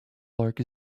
lark